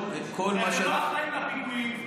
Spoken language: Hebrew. כי אתם לא אחראים לפיגועים,